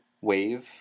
wave